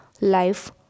life